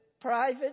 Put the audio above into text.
Private